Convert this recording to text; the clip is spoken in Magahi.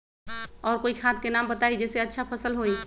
और कोइ खाद के नाम बताई जेसे अच्छा फसल होई?